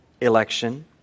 election